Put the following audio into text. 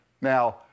Now